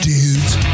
Dudes